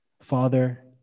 Father